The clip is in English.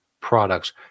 products